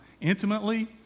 intimately